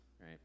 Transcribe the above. right